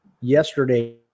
yesterday